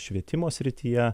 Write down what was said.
švietimo srityje